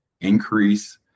increase